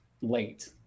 late